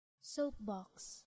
Soapbox